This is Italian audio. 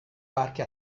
barche